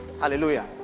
Hallelujah